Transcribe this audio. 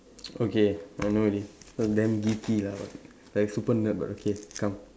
okay I know already but damn geeky lah like super nerd but okay come